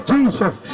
Jesus